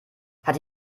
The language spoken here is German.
hat